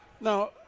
Now